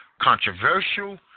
controversial